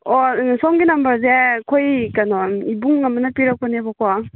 ꯑꯣ ꯁꯣꯝꯒꯤ ꯅꯝꯕꯔꯁꯦ ꯑꯩꯈꯣꯏ ꯀꯩꯅꯣ ꯏꯕꯨꯡ ꯑꯃꯅ ꯄꯤꯔꯛꯄꯅꯦꯕꯀꯣ